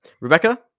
Rebecca